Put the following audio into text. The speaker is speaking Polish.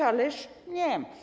Ależ nie!